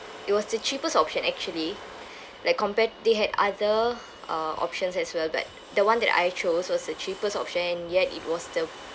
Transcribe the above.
it was the cheapest option actually like compared they had other uh options as well but the one that I chose was the cheapest option and yet it was the